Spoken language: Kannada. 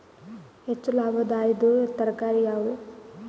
ಹೆಚ್ಚು ಲಾಭಾಯಿದುದು ತರಕಾರಿ ಯಾವಾದು?